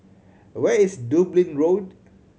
where is Dublin Road